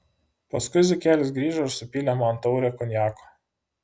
paskui zuikelis grįžo ir supylė man taurę konjako